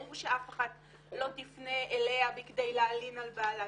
ברור שאף אחת לא תפנה אליה בכדי להלין על בעלה.